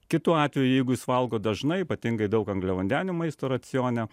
kitu atveju jeigu jis valgo dažnai ypatingai daug angliavandenių maisto racione